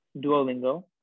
Duolingo